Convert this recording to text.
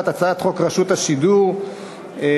הצעת חוק רשות השידור (תיקון,